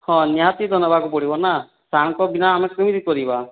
ହଁ ନିହାତି ତ ନେବାକୁ ପଡ଼ିବ ନା ତାଙ୍କ ବିନା ଆମେ କେମିତି କରିବା